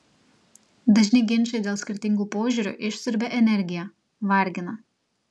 dažni ginčai dėl skirtingų požiūrių išsiurbia energiją vargina